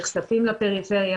הצעירים נחשפים לפריפריה.